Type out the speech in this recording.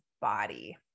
body